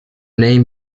name